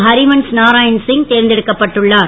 ஹரிவன்ஸ் நாராயண் சிங் தேர்ந்தெடுக்கப்பட்டுள்ளார்